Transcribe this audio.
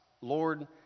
Lord